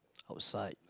outside